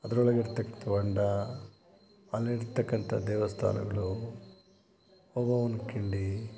ಅದ್ರೊಳಗೆ ಇರ್ತಕ್ಕಂಥ ಹೊಂಡಾ ಅಲ್ಲಿರ್ತಕ್ಕಂಥ ದೇವಸ್ಥಾನಗಳು ಓಬವ್ವನ ಕಿಂಡಿ